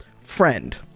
friend